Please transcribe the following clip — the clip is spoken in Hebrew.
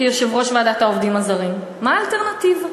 כיושבת-ראש הוועדה לעובדים זרים: מה האלטרנטיבה?